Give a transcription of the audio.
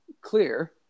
clear